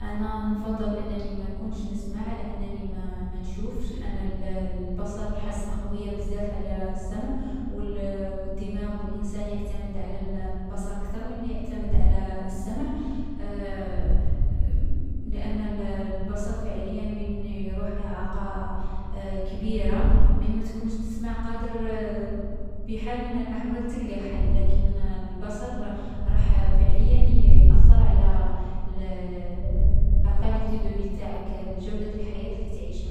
أنا نفضّل أنني ما نكونش نسمع على أنني ما ما نشوفش، لأن الـ البصر حاسة قويّة بزاف على السمع والـ و الدماغ و الإنسان يعتمد على الـ البصر كثر من لي يعتمد على السمع. لأن الـ البصر فعليا من يروح، إعاقة كبيرة. من ما تكونش تسمع قادر في حال من الأحوال تلقى حل، لكن البصر راح فعليا يـ يأثّر على الـ لا كاليتي دو في جودة الحياة لي تعيشها.